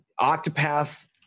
Octopath